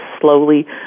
slowly